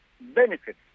benefit